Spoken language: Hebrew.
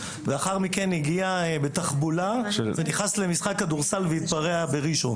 ולאחר מכן הגיע בתחבולה ונכנס למשחק כדורסל והתפרע בראשון.